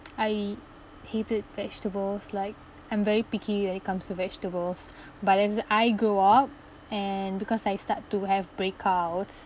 I hated vegetables like I'm very picky when it comes to vegetables but as I grew up and because I start to have breakouts